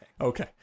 okay